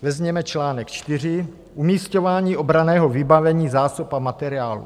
Vezměme článek 4 umisťování obranného vybavení, zásob a materiálu.